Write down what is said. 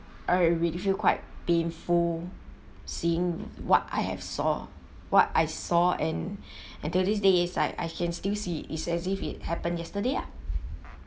uh I really feel quite painful seeing what I have saw what I saw and till these days is like I can still see is as if it happened yesterday ah